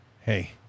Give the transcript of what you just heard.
Hey